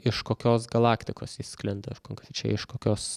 iš kokios galaktikos jis sklinda ir konkrečiai iš kokios